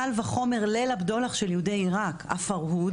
קל וחומר, ליל הבדולח של יהודי עירק, הפרהוד